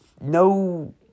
no